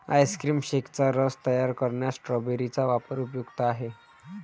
ice cream शेकचा रस तयार करण्यात स्ट्रॉबेरी चा वापर उपयुक्त आहे